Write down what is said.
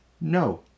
No